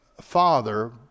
father